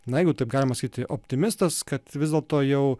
na jeigu taip galima sakyti optimistas kad vis dėlto jau